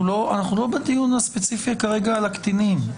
אנחנו כרגע לא בדיון הספציפי על הקטינים.